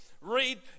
read